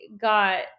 got